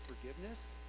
forgiveness